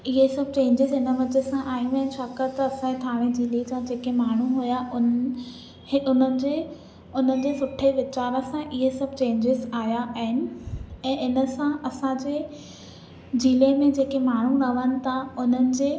इहे सभु चेंजेस हिन वजह सां आहिनि व छाकाणि त असांजे थाने ज़िले जा जेके माण्हूं हुया हे उन हे उन्हनि जे उनजे सुठे विचार सां इहे सभु चेंजेस आया आहिनि ऐं इन सां असांजे ज़िले में जेके माण्हूं रहनि था उन्हनि जे